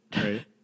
Right